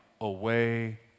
away